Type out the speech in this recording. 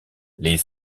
les